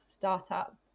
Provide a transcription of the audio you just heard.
startup